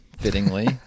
fittingly